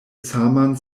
saman